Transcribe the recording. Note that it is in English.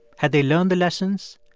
had they learned the lessons?